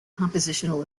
compositional